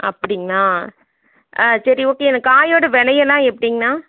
அப்டிங்களாண்ணா ஆ சரி ஓகே எனக்கு காயோடய விலையெல்லாம் எப்படிங்கண்ணா